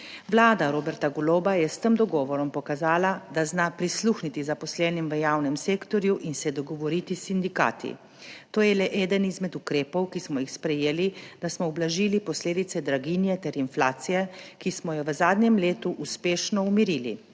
Vlada Roberta Goloba je s tem dogovorom pokazala, da zna prisluhniti zaposlenim v javnem sektorju in se dogovoriti s sindikati. To je le eden izmed ukrepov, ki smo jih sprejeli, da smo ublažili posledice draginje ter inflacije, ki smo jo v zadnjem letu uspešno umirili.